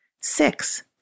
Six